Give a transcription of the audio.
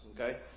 okay